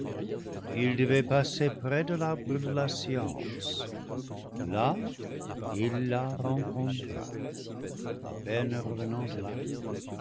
il devait passer près de l'arbre de la science là il la rencontra à peine revenant de l'arbre